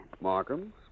Markham